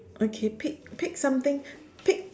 okay pick pick something pick